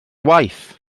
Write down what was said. waith